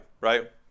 right